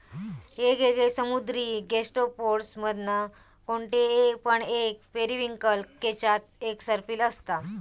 येगयेगळे समुद्री गैस्ट्रोपोड्स मधना कोणते पण एक पेरिविंकल केच्यात एक सर्पिल असता